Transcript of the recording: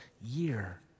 year